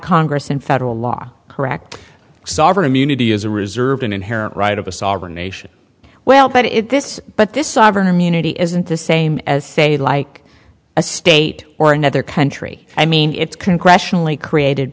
congress and federal law correct sovereign immunity is a reserved an inherent right of a sovereign nation well but if this but this sovereign immunity isn't the same as say like a state or another country i mean it's congressionally created